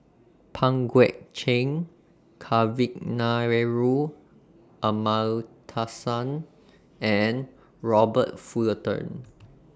Pang Guek Cheng Kavignareru Amallathasan and Robert Fullerton